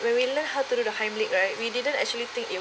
where we learn how to do the heimlich right we didn't actually thinking it